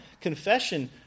Confession